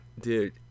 Dude